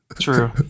True